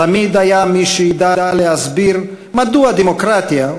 תמיד היה מי שידע להסביר מדוע דמוקרטיה,